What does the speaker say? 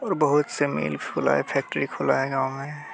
और बहुत से मिल खुले हैं फैक्ट्री खुले हैं गाँव में